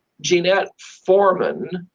jeanette foreman